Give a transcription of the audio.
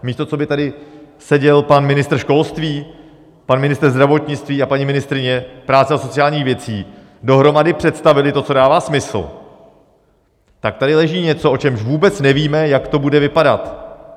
Místo toho, aby tady seděl pan ministr školství, pan ministr zdravotnictví a paní ministryně práce a sociálních věcí, dohromady představili to, co dává smysl, tak tady leží něco, o čemž vůbec nevíme, jak to bude vypadat.